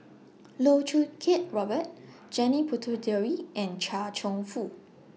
Loh Choo Kiat Robert Janil Puthucheary and Chia Cheong Fook